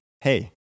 Hey